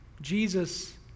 Jesus